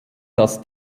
das